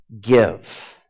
give